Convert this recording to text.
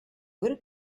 гөр